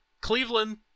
Cleveland